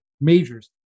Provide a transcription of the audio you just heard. majors